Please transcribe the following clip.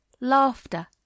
laughter